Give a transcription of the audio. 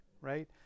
right